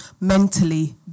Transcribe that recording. mentally